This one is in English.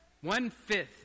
one-fifth